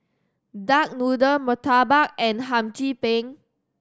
duck noodle murtabak and Hum Chim Peng